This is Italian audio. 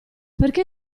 perché